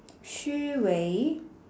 Xu Wei